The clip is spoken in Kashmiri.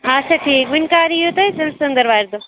آچھا ٹھیٖک وۄنۍ کَر یِیُِو تُہۍ تیٚلہِ ژٔندٕروارِ دۄہ